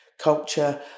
culture